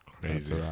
Crazy